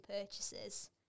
purchases